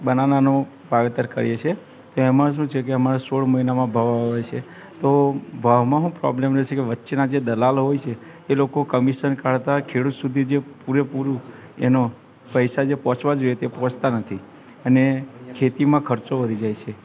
બનાનાનુ વાવેતર કરીએ છે તો એમાં શું છે કે અમારે સોળ મહિનામાં ભાવ આવે છે તો ભાવમાં શું પ્રોબ્લેમ રહે છે કે વચ્ચેના દલાલો હોય છે કે એ લોકો કમિશન કાઢતાં ખેડૂત સુધી જે પૂરેપૂરું એનો પૈસા જે પહોંચવા જોઈએ તે પહોંચતા નથી અને ખેતીમાં ખર્ચો વધી જાય છે